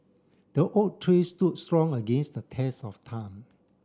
the oak tree stood strong against the test of time